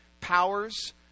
powers